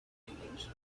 language